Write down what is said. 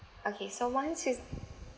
okay so once you